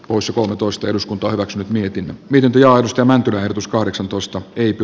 usa kolmetoista eduskunta hyväksyy nimikin vihjausta mäntylä ehdotus kahdeksantoista ypy